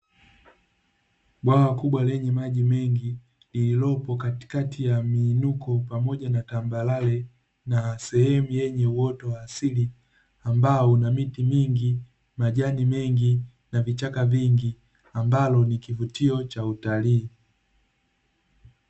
Bwawa kubwa lenye maji mengi lililopo katikati ya miinuko pamoja na tambarare, na sehemu yenye uoto wa asili ambao una miti mingi, majani mengi, na vichaka vingi, ambalo ni kivutio cha utalii.